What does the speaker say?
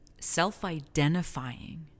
self-identifying